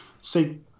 See